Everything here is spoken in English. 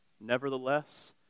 Nevertheless